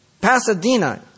Pasadena